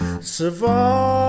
Survive